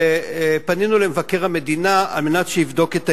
ופנינו למבקר המדינה על מנת שיבדוק את העניין.